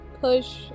push